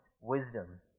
wisdom